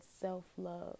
self-love